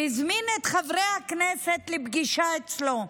והזמין את חברי הכנסת לפגישה אצלו.